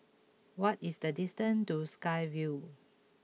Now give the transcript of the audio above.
what is the distance to Sky Vue